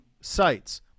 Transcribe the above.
sites